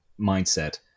mindset